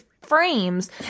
Frames